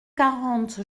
quarante